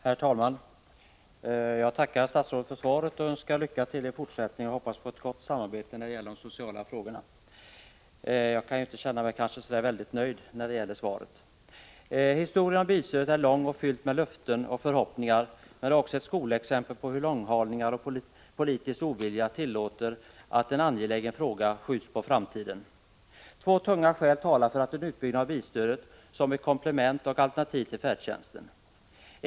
Herr talman! Jag tackar statsrådet för svaret och önskar lycka till i fortsättningen. Jag hoppas på ett gott samarbete när det gäller de sociala frågorna. Jag kan kanske inte känna mig så särskilt nöjd med svaret. Historien om bilstödet är lång och fylld med löften och förhoppningar, men det är också ett skolexempel på hur långhalningar och politisk ovilja tillåter att en angelägen fråga skjuts på framtiden. Två tunga skäl talar för en utbyggnad av bilstödet som ett komplement och alternativ till färdtjänsten.